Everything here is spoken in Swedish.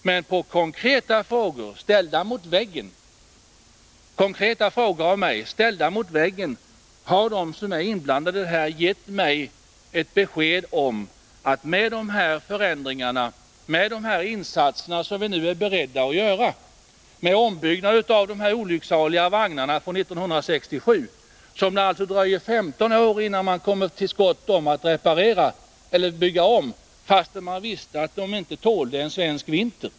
Men som svar på konkreta frågor av mig och ställda mot väggen har de som är inblandade givit mig besked om att problemen skall kunna lösas med de insatser som vi nu är beredda att göra, dvs. bl.a. ombyggnaden av de olycksaliga vagnarna från 1967 — det har alltså dröjt 15 år innan man kommit till skott och beslutat att bygga om dem, fastän man visste att de inte tålde en svensk vinter.